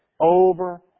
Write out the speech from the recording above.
Over